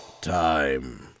Time